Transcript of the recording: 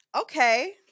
okay